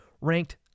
ranked